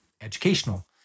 educational